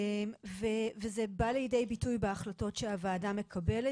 וזה בא לידי ביטוי בהחלטות שהוועדה מקבלת